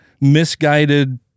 misguided